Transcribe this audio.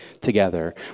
together